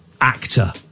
actor